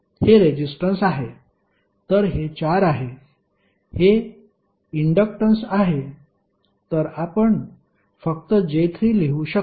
हे रेसिस्टन्स आहे तर हे 4 आहे हे इन्डक्टन्स आहे तर आपण फक्त j3 लिहू शकतो